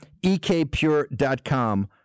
ekpure.com